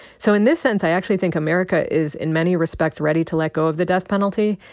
so in this sense, i actually think america is in many respects ready to let go of the death penalty.